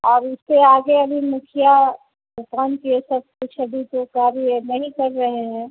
और उसके आगे अभी मुखिया जो काम किए सब कुछ अभी तो कार्य नहीं कर रहे हैं